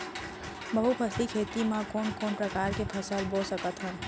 बहुफसली खेती मा कोन कोन प्रकार के फसल बो सकत हन?